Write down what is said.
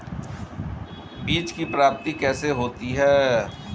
बीज की प्राप्ति कैसे होती है?